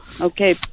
Okay